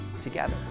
together